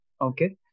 Okay